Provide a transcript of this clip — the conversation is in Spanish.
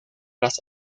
las